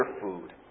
food